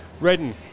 Redden